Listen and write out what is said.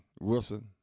Wilson